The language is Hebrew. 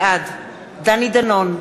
בעד דני דנון,